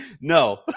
no